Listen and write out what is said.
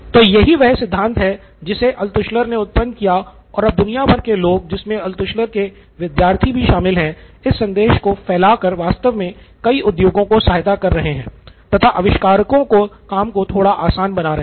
तो यही वह सिद्धांत है जिसे अल्त्शुलर ने उत्पन्न किया और अब दुनिया भर के लोग जिनमें अल्त्शुलर के विद्यार्थी भी शामिल हैं इस संदेश को फैला कर वास्तव में कई उद्योगों को सहायता कर रहे हैं तथा आविष्कारकों के काम को थोड़ा आसान बना रहे है